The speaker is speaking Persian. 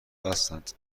بستند